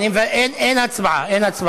אין הצבעה.